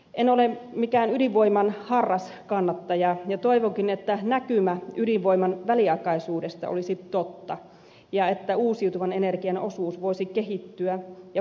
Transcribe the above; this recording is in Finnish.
en ole mikään ydinvoiman harras kannattaja ja toivonkin että näkymä ydinvoiman väliaikaisuudesta olisi totta ja että uusiutuvan energian osuus voisi kehittyä ja korvata lopulta ydinenergian